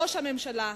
ראש הממשלה,